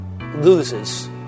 loses